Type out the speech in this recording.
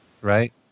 right